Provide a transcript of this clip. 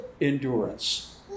endurance